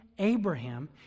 abraham